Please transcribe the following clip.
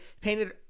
painted